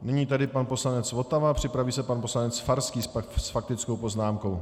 Nyní pan poslanec Votava a připraví se pan poslanec Farský s faktickou poznámkou.